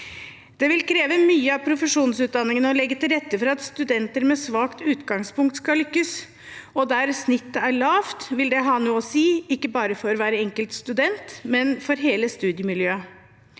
Det vil kreve mye av profesjonsutdanningene å legge til rette for at studenter med svakt utgangspunkt skal lykkes. Der snittet er lavt, vil det ha noe å si, ikke bare for hver enkelt student, men for hele studiemiljøet.